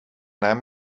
naam